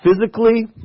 physically